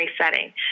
setting